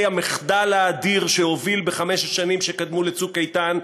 המחדל האדיר שהוביל בחמש השנים שקדמו ל"צוק איתן":